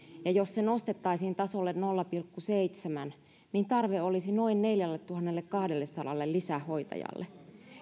ja jos se nostettaisiin tasolle nolla pilkku seitsemän niin tarve olisi noin neljälletuhannellekahdellesadalle lisähoitajalle